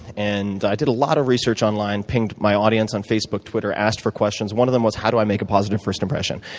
and i did a lot of research online, pinged my audience on facebook, twitter, asked for questions. one of them was, how do i make a positive first impression?